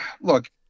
look